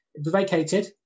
vacated